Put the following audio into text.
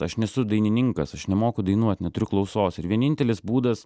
aš nesu dainininkas aš nemoku dainuot neturiu klausos ir vienintelis būdas